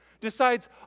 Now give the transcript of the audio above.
decides